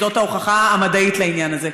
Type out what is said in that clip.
זו ההוכחה המדעית לעניין הזה.